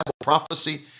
prophecy